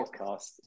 podcast